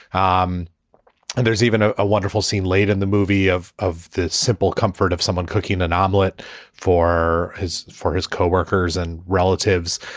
um and there's even a wonderful scene late in the movie of of the simple comfort of someone cooking an omelet for his for his co-workers and relatives.